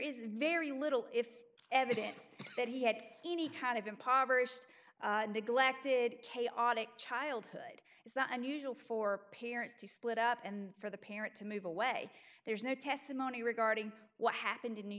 is very little if evidence that he had any kind of impoverished neglected chaotic childhood it's not unusual for parents to split up and for the parent to move away there's no testimony regarding what happened in new